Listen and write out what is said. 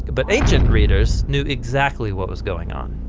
but ancient readers knew exactly what was going on.